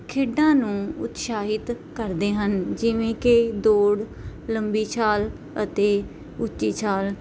ਖੇਡਾਂ ਨੂੰ ਉਤਸ਼ਾਹਿਤ ਕਰਦੇ ਹਨ ਜਿਵੇਂ ਕਿ ਦੌੜ ਲੰਬੀ ਛਾਲ ਅਤੇ ਉੱਚੀ ਛਾਲ